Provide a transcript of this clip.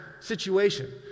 situation